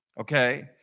Okay